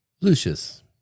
Lucius